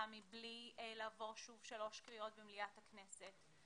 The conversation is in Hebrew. מבלי לעבור שוב שלוש קריאות במליאת הכנסת.